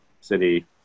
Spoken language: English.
city